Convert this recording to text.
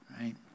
Right